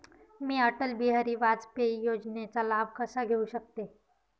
मी अटल बिहारी वाजपेयी योजनेचा लाभ कसा घेऊ शकते?